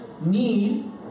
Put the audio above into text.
need